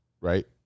right